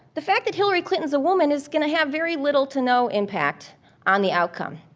the fact that hillary clinton is a woman is gonna have very little to no impact on the outcome.